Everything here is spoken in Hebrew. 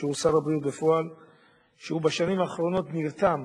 אנחנו יודעים שהדקות הראשונות,